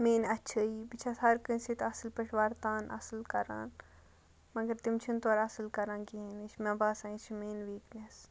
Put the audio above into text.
میٛٲنۍ اَچھٲیی بہٕ چھَس ہر کٲنٛسہِ سۭتۍ اَصٕل پٲٹھۍ وَرتان اَصٕل کَران مگر تِم چھِنہٕ تورٕ اَصٕل کَران کِہیٖنٛۍ یہِ چھِ مےٚ باسان یہِ چھِ میٛٲنۍ ویٖکنٮ۪س